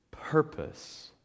purpose